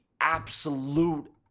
absolute